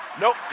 Nope